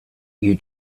you